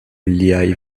liaj